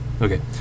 Okay